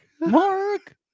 Mark